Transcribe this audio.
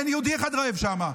אין יהודי אחד רעב שם,